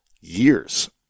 years